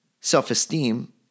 self-esteem